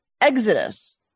Exodus